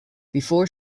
before